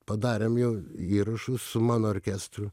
padarėm jau įrašus su mano orkestru